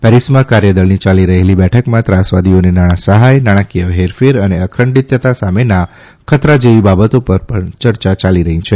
પેરિસમાં કાર્યદળની ચાલી રહેલી બેઠકમાં ત્રાસવાદીઓને નાણાં સહાથ નાણાકીથ હેરફેર અને અખંડિતતા સામેના ખતરા જેવી બાબતો પર ચર્ચા યાલી રહી છે